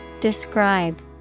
Describe